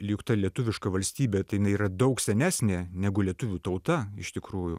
lyg ta lietuviška valstybė tai jinai yra daug senesnė negu lietuvių tauta iš tikrųjų